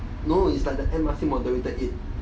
no it's like the moderated it